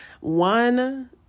One